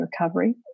recovery